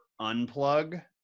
unplug